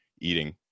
eating